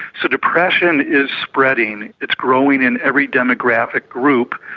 so depression is spreading, it's growing in every demographic group,